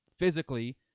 physically